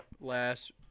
last